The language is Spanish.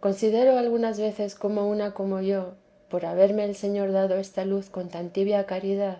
considero algunas veces cuando una como yo por haberme el señor dado esta luz con tan tibia caridad